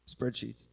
spreadsheets